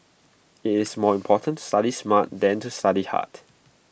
IT is more important to study smart than to study hard